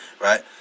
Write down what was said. right